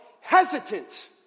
hesitant